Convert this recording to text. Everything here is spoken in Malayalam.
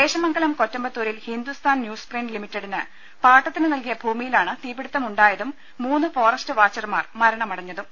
ദേശമംഗലം കൊറ്റമ്പത്തൂ രിൽ ഹിന്ദുസ്ഥാൻ ന്യൂസ്പ്രിന്റ് ലിമിറ്റഡിന് പാട്ടത്തിന് നൽകിയ ഭൂമിയി ലാണ് തീപ്പിടിത്തം ഉണ്ടായതും മൂന്ന് ഫോറസ്റ്റ് വാച്ചർമാർ മരണമടഞ്ഞ തും